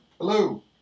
Hello